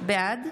בעד